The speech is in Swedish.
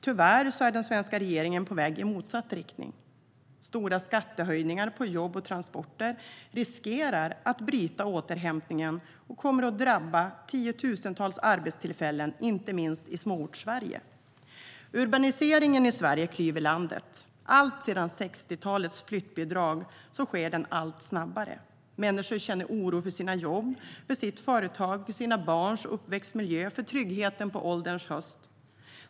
Tyvärr är den svenska regeringen på väg i motsatt riktning. Stora skattehöjningar på jobb och transporter riskerar att bryta återhämtningen och kommer att drabba tiotusentals arbetstillfällen, inte minst i Småortssverige. Urbaniseringen i Sverige klyver landet. Alltsedan 60-talets flyttbidrag sker den allt snabbare. Människor känner oro för sina jobb, för sina företag, för sina barns uppväxtmiljö och för tryggheten på ålderns höst.